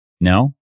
No